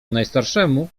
najstarszemu